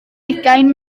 ugain